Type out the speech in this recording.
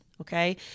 okay